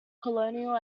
colonial